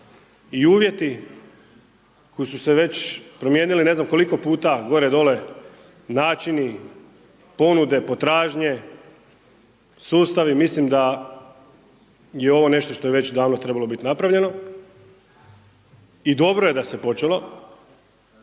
i uvjeti koji su se već promijenili ne znam koliko puta gore dolje, načini, ponude, potražnje, sustavi mislim da je ovo što je već davno trebalo biti napravljeno i dobro je da se počelo.